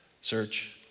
Search